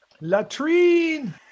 Latrine